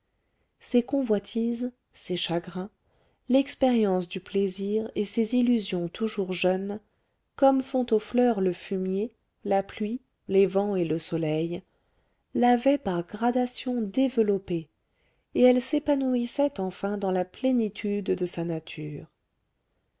ses convoitises ses chagrins l'expérience du plaisir et ses illusions toujours jeunes comme font aux fleurs le fumier la pluie les vents et le soleil l'avaient par gradations développée et elle s'épanouissait enfin dans la plénitude de sa nature